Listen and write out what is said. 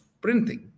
printing